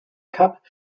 cup